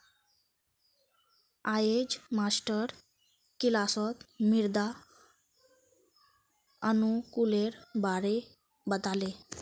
अयेज मास्टर किलासत मृदा अनुकूलेर बारे बता ले